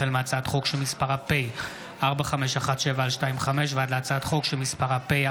החל בהצעת חוק פ/4517/25 וכלה בהצעת חוק פ/4560/25: